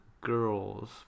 girls